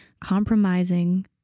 Compromising